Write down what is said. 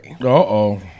Uh-oh